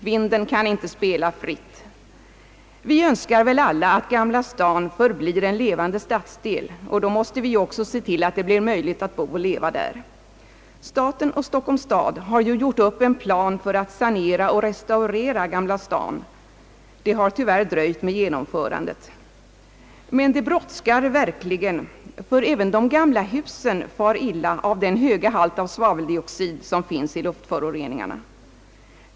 Vinden kan inte spela fritt. Vi önskar väl alla att Gamla stan förblir en levande stadsdel, och då måste vi också se till att det blir möjligt att bo och leva där. Staten och Stockholms stad har ju gjort upp en plan för att sanera och restaurera Gamla stan. Det har tyvärr dröjt med genomförandet. Men det brådskar verkligen, ty även de gamla husen far illa genom den höga halt av svaveldioxid som finns i luftföroreningarna.